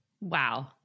Wow